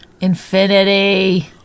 Infinity